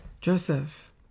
Joseph